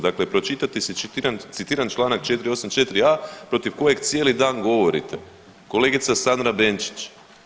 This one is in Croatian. Dakle, pročitajte si citiran članak 484a. Protiv kojeg cijeli dan govorite kolegica Sandra Benčić.